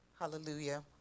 Hallelujah